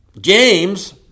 James